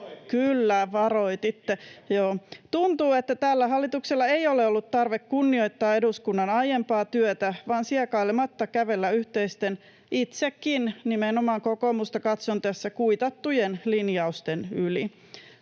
Kyllä varoititte, joo. Tuntuu, että tällä hallituksella ei ole ollut tarve kunnioittaa eduskunnan aiempaa työtä, vaan siekailematta kävellä yhteisesti — itsekin nimenomaan kokoomusta katson tässä — kuitattujen linjausten yli.